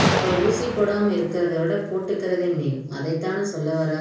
அப்போ ஊசி போடாமல் இருக்கறதை விட போட்டுக்கறதே மேல் அதைத்தானே சொல்ல வர